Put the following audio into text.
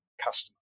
customer